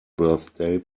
birthday